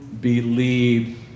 believe